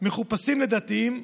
מחופשים לדתיים,